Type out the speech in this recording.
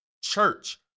church